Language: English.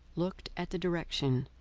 looked at the direction,